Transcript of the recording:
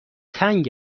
تنگ